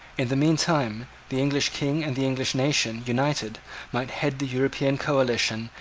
in the meantime, the english king and the english nation united might head the european coalition,